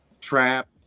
trap